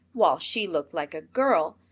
while she looked like a girl,